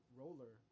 roller